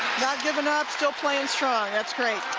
not giving up, still playing strong that's great.